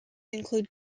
include